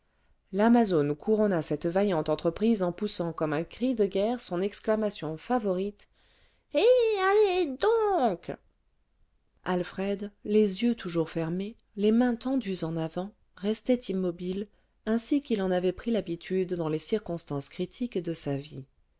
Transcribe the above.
l'amazone couronna cette vaillante entreprise en poussant comme un cri de guerre son exclamation favorite et alllllez donc alfred les yeux toujours fermés les mains tendues en avant restait immobile ainsi qu'il en avait pris l'habitude dans les circonstances critiques de sa vie